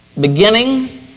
Beginning